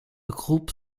groupe